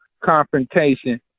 confrontation